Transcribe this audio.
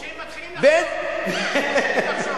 כשהם מתחילים לחשוב, כשהם מתחילים לחשוב.